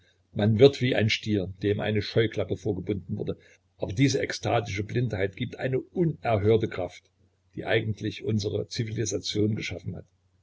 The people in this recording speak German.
man wird wie ein stier dem eine scheuklappe vorgebunden wurde aber diese ekstatische blindheit gibt eine unerhörte kraft die eigentlich unsere zivilisation geschaffen hat